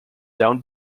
down